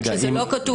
שזה לא כתוב.